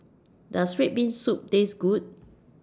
Does Red Bean Soup Taste Good